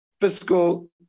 fiscal